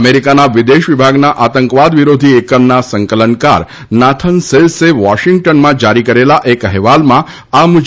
અમેરિકાના વિદેશ વિભાગના આતંકવાદ વિરોધી એકમના સંકલનકાર નાથન સેલ્સે વોશિંગ્ટનમાં જારી કરેલા એક અહેવાલમાં આ મુજબ નોંધ મુકાઇ છે